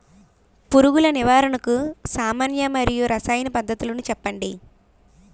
పురుగుల నివారణకు సామాన్య మరియు రసాయన పద్దతులను చెప్పండి?